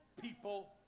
people